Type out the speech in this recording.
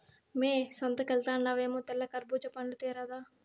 మ్మే సంతకెల్తండావేమో తెల్ల కర్బూజా పండ్లు తేరాదా